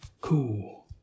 cool